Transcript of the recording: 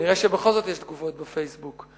כנראה בכל זאת יש תגובות ב"פייסבוק".